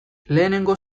lehenengo